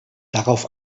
darauf